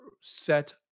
set